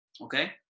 Okay